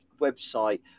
website